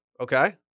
okay